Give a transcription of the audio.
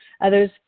Others